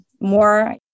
more